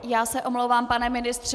Já se omlouvám, pane ministře.